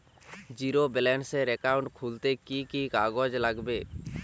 Zero ব্যালেন্সের account খুলতে কি কি কাগজ লাগবে?